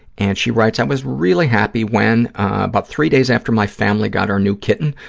and she writes, i was really happy when about three days after my family got our new kitten,